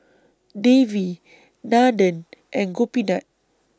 Devi Nandan and Gopinath